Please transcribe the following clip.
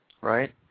right